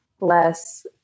less